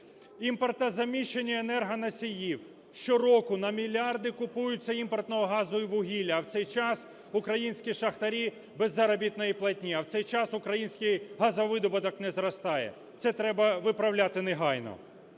Імпортозаміщення енергоносіїв. Щороку на мільярди купується імпортного газу і вугілля, а в цей час українські шахтарі без заробітної платні, а в цей час український газовидобуток не зростає. Це треба виправляти негайно.